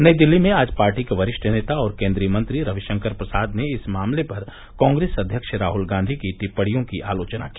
नई दिल्ली में आज पार्टी के वरिष्ठ नेता और केन्द्रीय मंत्री रविशंकर प्रसाद ने इस मामले पर कांग्रेस अध्यक्ष राहुल गांधी की टिपणियों की आलोचना की